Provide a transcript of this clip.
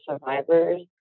survivors